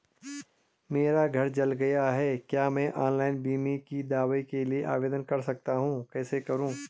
मेरा घर जल गया है क्या मैं ऑनलाइन बीमे के दावे के लिए आवेदन कर सकता हूँ कैसे करूँ?